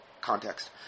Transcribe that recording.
context